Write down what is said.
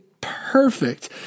perfect